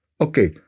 Okay